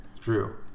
True